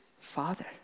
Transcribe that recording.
father